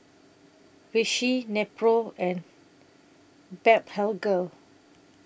Vichy Nepro and Blephagel